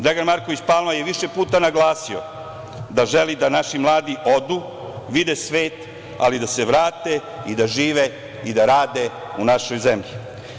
Dragan Marković Palma je više puta naglasio da želi da naši mladi odu, vide svet, ali da se vrate i da žive i da rade u našoj zemlji.